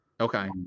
Okay